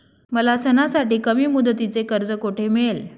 मला सणासाठी कमी मुदतीचे कर्ज कोठे मिळेल?